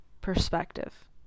perspective